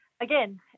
again